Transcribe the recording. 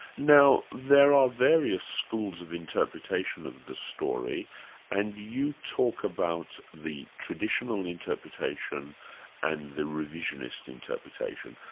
now there are various schools of interpretation of the story and you talk about the traditional interpretation and the revisionist interpretation.